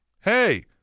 Hey